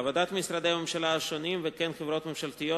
עבודת משרדי הממשלה השונים וכן חברות ממשלתיות